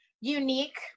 unique